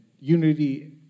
unity